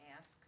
ask